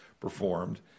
performed